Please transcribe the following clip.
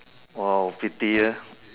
!wow! fifty years